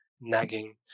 nagging